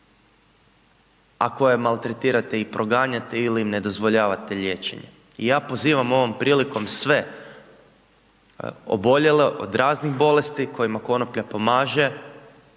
koje maltretirate i proganjate ili ne dozvoljavate liječenje. I ja pozivam ovom prilikom sve oboljele od raznih bolesti, kojima konoplja pomaže,